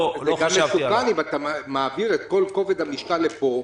חשבתי -- זה גם מסוכן אם אתה מעביר את כול כובד המשקל לפה,